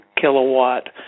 kilowatt